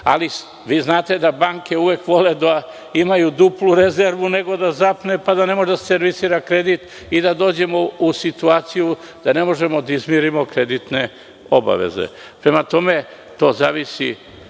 Ali, vi znate da banke uvek vole da imaju duplu rezervu, nego da zapne, pa da ne može da servisira kredit i da dođemo u situaciju da ne možemo da izmirimo kreditne obaveze. Prema tome, to zavisi